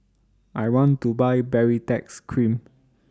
I want to Buy Baritex Cream